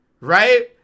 right